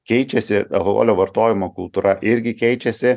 keičiasi alkoholio vartojimo kultūra irgi keičiasi